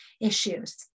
issues